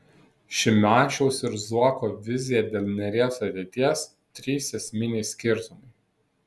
šimašiaus ir zuoko vizija dėl neries ateities trys esminiai skirtumai